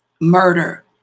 murder